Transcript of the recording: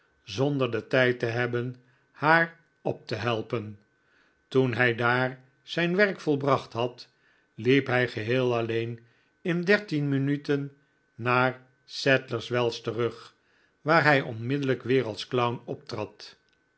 zonder den tijd te hebben haar op te helpen toen hij daar zijn werk volbracht had hep hij geheel alleen indertien minuten naar sadlers wells terug waar hy onmiddellijk weer als